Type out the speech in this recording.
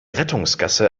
rettungsgasse